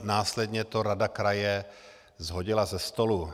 Následně to rada kraje shodila ze stolu.